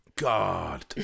God